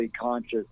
conscious